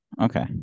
Okay